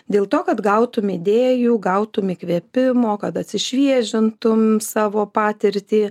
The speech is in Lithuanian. dėl to kad gautum idėjų gautum įkvėpimo kad atsišviežintum savo patirtį